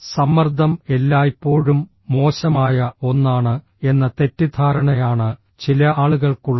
സമ്മർദ്ദം എല്ലായ്പ്പോഴും മോശമായ ഒന്നാണ് എന്ന തെറ്റിദ്ധാരണയാണ് ചില ആളുകൾക്കുള്ളത്